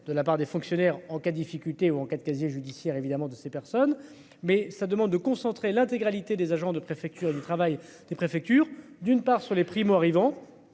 de la part des fonctionnaires en cas difficultés ou en cas de casier judiciaire, évidemment de ces personnes. Mais sa demande de concentrer l'intégralité des agents de préfecture du travail des préfectures. D'une part sur les primo-arrivants.